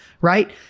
right